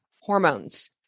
hormones